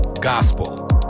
gospel